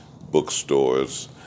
bookstores